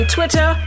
Twitter